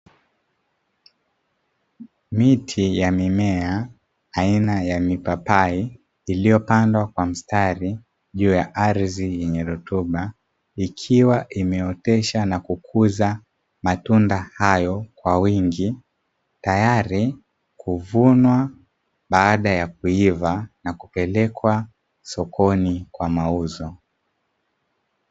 Miti ya mimea aina ya mipapai iliyopandwa kwa mstari juu ya ardhi yenye rutuba, ikiwa imeotesha na kukuza matunda hayo kwa wingi tayari kuvunwa baada ya kuiva na kupelekwa sokoni kwa mauzo.